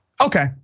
Okay